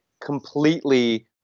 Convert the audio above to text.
completely